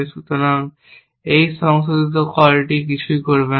সুতরাং এই সংশোধিত কলটি কিছুই করবে না